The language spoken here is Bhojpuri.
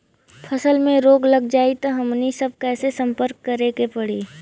फसल में रोग लग जाई त हमनी सब कैसे संपर्क करें के पड़ी?